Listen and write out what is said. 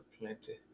plenty